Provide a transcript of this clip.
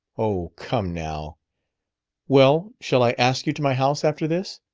oh, come now well, shall i ask you to my house, after this?